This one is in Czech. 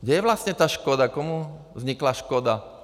Kde je vlastně ta škoda, komu vznikla škoda?